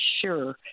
sure